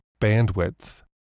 bandwidth